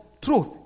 truth